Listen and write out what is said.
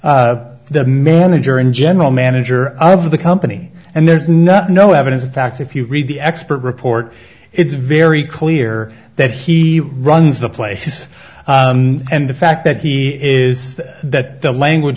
the manager and general manager of the company and there's not no evidence of fact if you read the expert report it's very clear that he runs the place and the fact that he is that the language